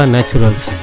Naturals